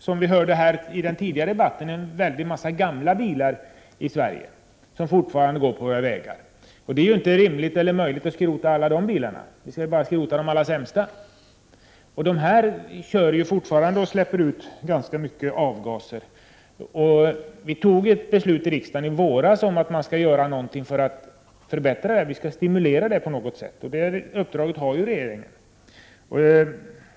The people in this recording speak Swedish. Som vi hörde i den tidigare debatten finns det en stor mängd gamla bilar i Sverige som fortfarande går på våra vägar. Det är ju inte rimligt eller möjligt att skrota alla de bilarna, utan vi skall bara skrota de allra sämsta. Dessa bilar släpper ut ganska mycket avgaser. Vi tog ett beslut i riksdagen i våras om att någonting skall göras för att förbättra förhållandena. Vi skall ge en stimulans här. Det uppdraget har regeringen.